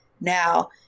Now